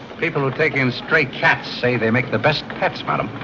people are taking in. stray cats say they make the best cats. madam,